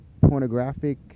pornographic